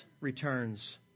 returns